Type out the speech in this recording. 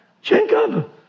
Jacob